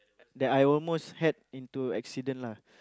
that I almost had into accident lah